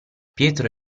pietro